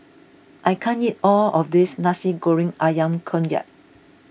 I can't eat all of this Nasi Goreng Ayam Kunyit